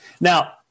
Now